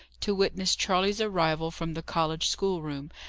to witness charley's arrival from the college schoolroom,